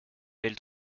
elle